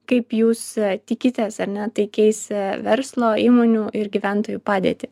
kaip jūs tikitės ar ne tai keis verslo įmonių ir gyventojų padėtį